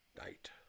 night